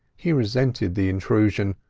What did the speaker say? he resented the intrusion,